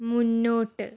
മുന്നോട്ട്